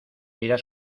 irás